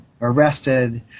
arrested